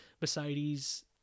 Mercedes